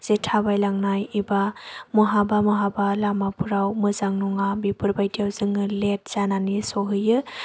जे थाबायलांनाय एबा बहाबा बहाबा लामाफोराव मोजां नङा बेफोर बायदियाव जोङो लेट जानानै सौहैयो